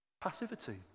Passivity